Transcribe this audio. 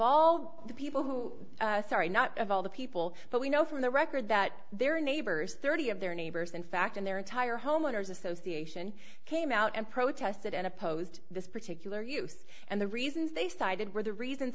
all the people who sorry not of all the people but we know from the record that their neighbors thirty of their neighbors in fact in their entire homeowners association came out and protested and opposed this particular use and the reasons they cited were the reasons